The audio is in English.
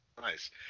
Nice